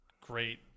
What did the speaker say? great